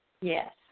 Yes